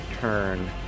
turn